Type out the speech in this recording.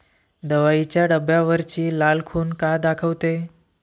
दवाईच्या डब्यावरची लाल खून का दाखवते?